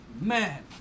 Man